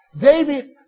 David